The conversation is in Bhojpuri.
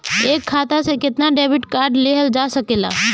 एक खाता से केतना डेबिट कार्ड लेहल जा सकेला?